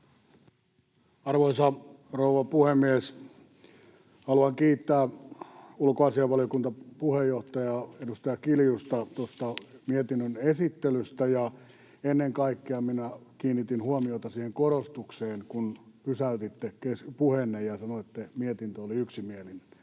Arvoisa rouva puhemies! Haluan kiittää ulkoasiainvaliokunnan puheenjohtajaa, edustaja Kiljusta tuosta mietinnön esittelystä. Ennen kaikkea kiinnitin huomiota siihen korostukseen, kun pysäytitte puheenne ja sanoitte, että mietintö oli yksimielinen.